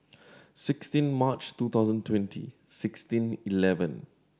sixteen March two thousand twenty sixteen eleven